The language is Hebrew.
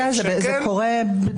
הוא לא מסתכל על זה, זה קורה במערכות.